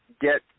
get